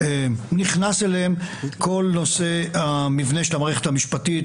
ובחובת נאמנותם כלפיו,